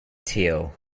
teal